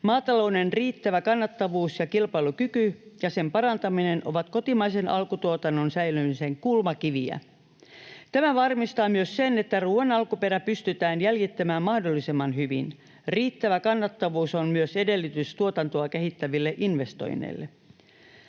Maatalouden riittävä kannattavuus ja kilpailukyky ja sen parantaminen ovat kotimaisen alkutuotannon säilymisen kulmakiviä. Tämä varmistaa myös sen, että ruuan alkuperä pystytään jäljittämään mahdollisimman hyvin. Riittävä kannattavuus on myös edellytys tuotantoa kehittäville investoinneille.